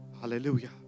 hallelujah